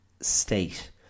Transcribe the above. state